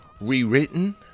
rewritten